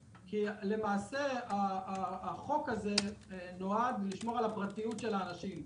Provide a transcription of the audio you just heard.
למעשה החוק הזה נועד לשמור על הפרטיות של אנשים,